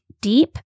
deep